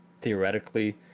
theoretically